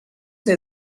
say